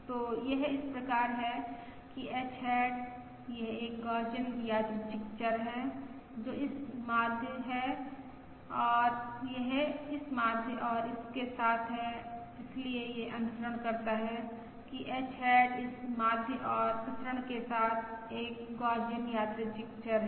तो यह इस प्रकार है कि h हैट यह एक गौसियन यादृच्छिक चर है जो इस माध्य के साथ है इसलिए यह अनुसरण करता है कि h हैट इस माध्य और प्रसरण के साथ एक गौसियन यादृच्छिक चर है